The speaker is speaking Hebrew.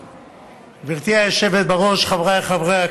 גברתי היושבת בראש, חבריי חברי הכנסת,